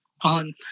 On